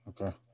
Okay